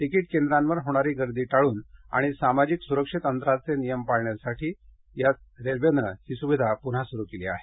ticket केंद्रांवर होणारी गर्दी टाळून आणि सामाजिक सुरक्षित अंतराचे नियम पाळता यावेत यासाठी रेल्वे ही सुविधा पुन्हा सुरु करत आहे